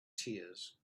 tears